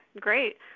Great